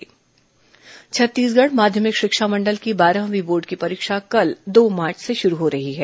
board परीक्षा छत्तीसगढ़ माध्यमिक शिक्षा मंडल की बारहवीं बोर्ड की परीक्षा कल दो मार्च से शुरू हो रही हैं